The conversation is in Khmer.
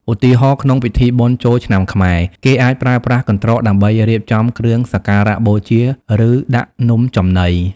ឧទាហរណ៍ ក្នុងពិធីបុណ្យចូលឆ្នាំខ្មែរ គេអាចប្រើប្រាស់កន្ត្រកដើម្បីរៀបចំគ្រឿងសក្ការៈបូជា ឬដាក់នំចំណី។